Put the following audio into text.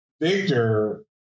Victor